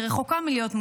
"ילדה אהובה שלי,